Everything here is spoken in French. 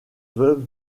veuve